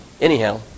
anyhow